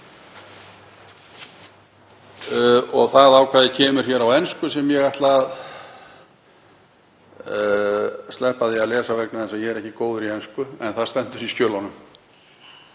Það ákvæði kemur á ensku og ég ætla að sleppa því að lesa það vegna þess að ég er ekki góður í ensku en það stendur í skjölunum.